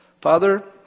Father